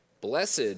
Blessed